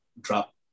drop